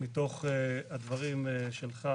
מתוך הדברים שלך,